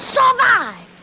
Survive